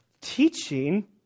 teaching